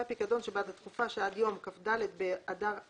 הפיקדון שבעד התקופה שעד יום כ"ד באדר ב'